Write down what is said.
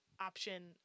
option